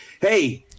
hey